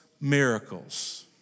miracles